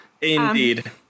Indeed